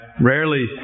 Rarely